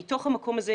מתוך המקום הזה,